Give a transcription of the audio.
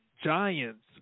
giants